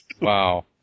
Wow